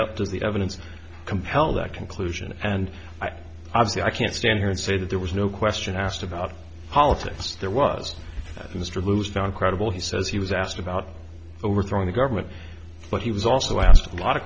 up to the evidence compel that conclusion and i have the i can't stand here and say that there was no question asked about politics there was mr loose found credible he says he was asked about overthrowing the government but he was also asked a lot of